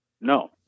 No